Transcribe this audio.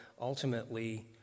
ultimately